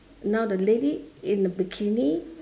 now the lady in the bikini